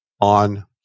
on